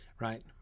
right